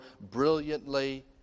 brilliantly